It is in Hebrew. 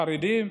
חרדים,